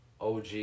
OG